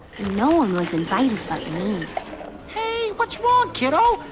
and no one was invited hey, what's wrong, kiddo?